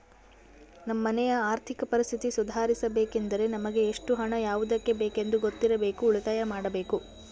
ನಮ್ಮ ಮನೆಯ ಆರ್ಥಿಕ ಪರಿಸ್ಥಿತಿ ಸುಧಾರಿಸಬೇಕೆಂದರೆ ನಮಗೆ ಎಷ್ಟು ಹಣ ಯಾವುದಕ್ಕೆ ಬೇಕೆಂದು ಗೊತ್ತಿರಬೇಕು, ಉಳಿತಾಯ ಮಾಡಬೇಕು